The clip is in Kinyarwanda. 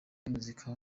muzika